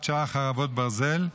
חרבות ברזל),